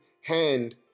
hand